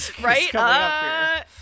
Right